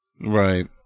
Right